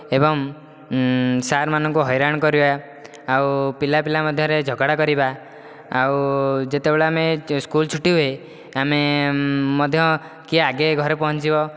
ଏବଂ ସାର୍ ମାନଙ୍କୁ ହଇରାଣ କରିବା ଆଉ ପିଲା ପିଲା ମଧ୍ୟରେ ଝଗଡ଼ା କରିବା ଆଉ ଯେତେବେଳେ ଆମେ ସ୍କୁଲ ଛୁଟି ହୁଏ ଆମେ ମଧ୍ୟ କିଏ ଆଗେ ଘରେ ପହଞ୍ଚିବ